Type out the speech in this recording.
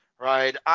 right